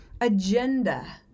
agenda